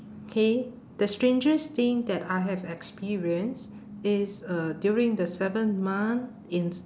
okay the strangest thing that I have experienced is uh during the seventh month in